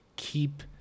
keep